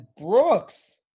Brooks